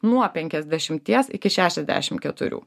nuo penkiasdešimties iki šešiasdešim keturių